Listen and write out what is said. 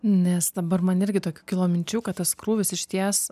nes dabar man irgi tokių kilo minčių kad tas krūvis išties